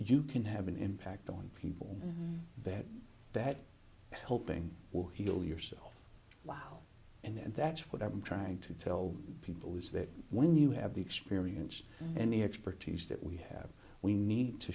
you can have an impact on people that that helping or heal yourself wow and that's what i'm trying to tell people is that when you have the experience and the expertise that we have we need to